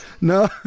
no